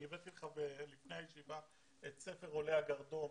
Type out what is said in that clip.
אני הבאתי לך לפני הישיבה את ספר עולי הגרדום.